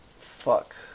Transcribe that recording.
Fuck